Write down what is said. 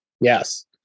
yes